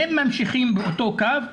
הם ממשיכים באותו קו,